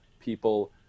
people